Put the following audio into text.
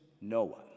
Noah